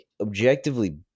objectively